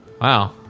Wow